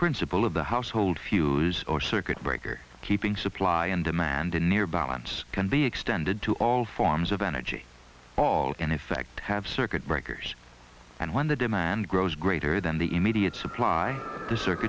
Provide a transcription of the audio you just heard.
principle of the household fuse or circuit breaker keeping supply and demand a near balance can be extended to all forms of energy all in effect have circuit breakers and when the demand grows greater than the immediate supply